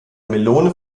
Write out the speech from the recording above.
melone